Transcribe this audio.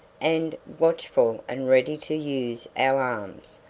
and, watchful and ready to use our arms,